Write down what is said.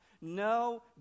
No